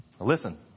Listen